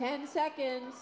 ten seconds